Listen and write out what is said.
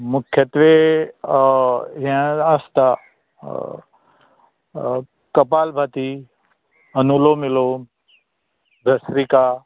मुख्यतें ते यें आसता कपाल भाती अनूलोम विलोम भस्रिका